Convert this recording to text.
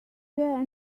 there